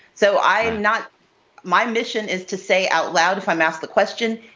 so i am not my mission is to say out loud if i'm asked the question,